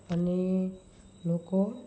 અને લોકો